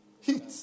Heat